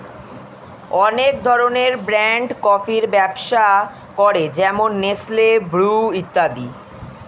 অনেক ধরনের ব্র্যান্ড কফির ব্যবসা করে যেমন নেসলে, ব্রু ইত্যাদি